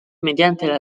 mediante